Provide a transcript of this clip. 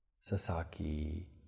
Sasaki